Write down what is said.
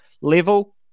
level